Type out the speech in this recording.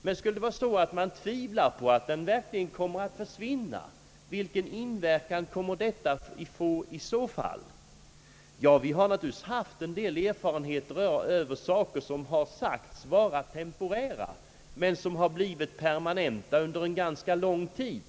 Men skulle det vara så att man tvivlar på att den verkligen kommer att försvinna, vilken inverkan kommer detta att få i så fall? Vi har naturligtvis haft en del erfarenheter om saker som sagts vara temporära men som blivit permanenta under en ganska lång tid.